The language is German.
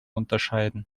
unterscheiden